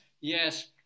yes